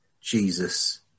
Jesus